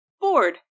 bored